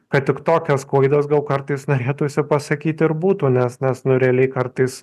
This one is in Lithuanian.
kad tik tokios klaidos gal kartais norėtųsi pasakyti ir būtų nes mes nu realiai kartais